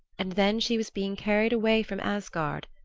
and then she was being carried away from asgard,